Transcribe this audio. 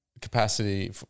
capacity